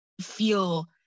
feel